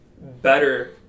Better